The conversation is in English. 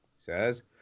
Says